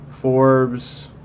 Forbes